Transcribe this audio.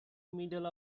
middle